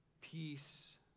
peace